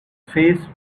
face